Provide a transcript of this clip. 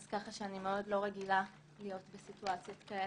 ככה שאני מאוד לא רגילה להיות בסיטואציות כאלה.